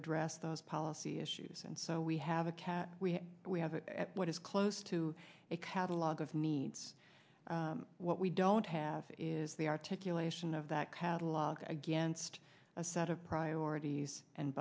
address those policy issues and so we have a cat we we have at what is close to a catalog of needs what we don't have is the articulation of that catalog against a set of priorities and